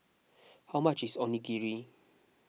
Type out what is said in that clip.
how much is Onigiri